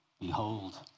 Behold